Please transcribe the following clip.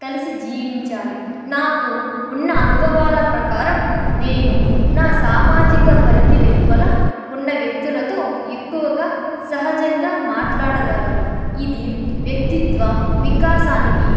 కలిసి జీవించాలి నాకు ఉన్న అనుభవాల ప్రకారం నేను నా సామాజిక పరిధి వెలుపల ఉన్న వ్యక్తులతో ఎక్కువగా సహజంగా మాట్లాడగలను ఇది వ్యక్తిత్వ వికాసానికి